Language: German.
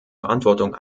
verantwortung